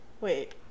wait